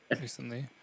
recently